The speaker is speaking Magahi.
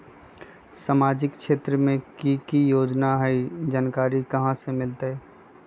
सामाजिक क्षेत्र मे कि की योजना है जानकारी कहाँ से मिलतै?